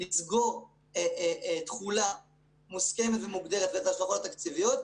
לסגור תכולה מוסכמת ומוגדרת ואת ההשלכות התקציביות,